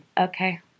Okay